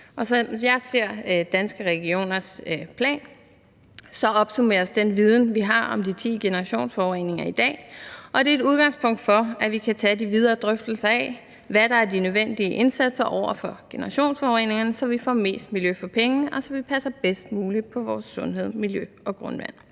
Som jeg ser Danske Regioners plan, opsummeres den viden, vi har om de 10 generationsforureninger i dag, og det er et udgangspunkt for, at vi kan tage de videre drøftelser af, hvad der er de nødvendige indsatser over for generationsforureningerne, så vi får mest miljø for pengene, og så vi passer bedst muligt på vores sundhed, miljø og grundvand.